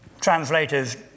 translators